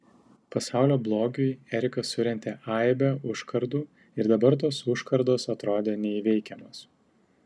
pasaulio blogiui erikas surentė aibę užkardų ir dabar tos užkardos atrodė neįveikiamos